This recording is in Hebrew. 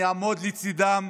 אני אעמוד לצידם.